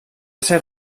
ser